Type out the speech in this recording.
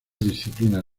disciplina